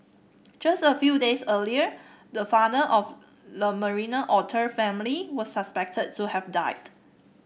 just a few days earlier the father of the Marina otter family was suspected to have died